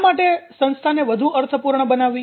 શા માટે સંસ્થાને વધુ અર્થપૂર્ણ બનાવવી